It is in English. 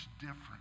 different